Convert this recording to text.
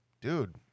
dude